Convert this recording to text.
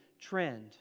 trend